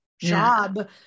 job